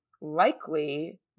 likely